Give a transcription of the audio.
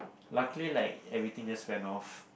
luckily like everything just went off